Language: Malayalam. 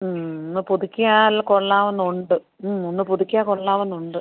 ഒന്ന് പുതുക്കിയാൽ കൊള്ളാമെന്നുണ്ട് ഒന്ന് പുതുക്കിയാൽ കൊള്ളാമെന്നുണ്ട്